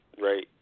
Right